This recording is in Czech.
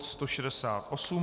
168.